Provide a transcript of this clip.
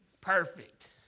Perfect